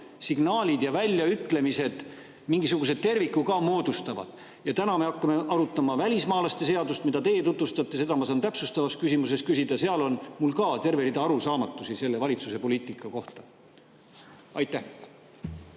signaalid ja väljaütlemised mingisuguse terviku ka moodustavad? Täna me hakkame arutama välismaalaste seadust, mida te tutvustate. Selle kohta saan ma täpsustavas küsimuses küsida, selle puhul on mul ka terve rida arusaamatusi valitsuse poliitika kohta. Aitäh!